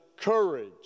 courage